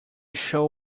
show